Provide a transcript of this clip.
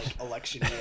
election